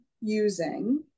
using